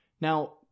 Now